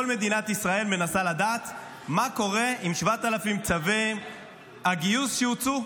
כל מדינת ישראל מנסה לדעת מה קורה עם 7,000 צווי הגיוס שהוצאו.